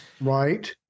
Right